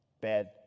Bad